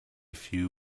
few